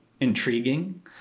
intriguing